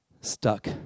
stuck